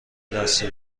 دستی